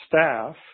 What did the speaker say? staff